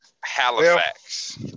Halifax